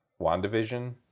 WandaVision